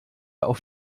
auf